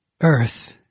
Earth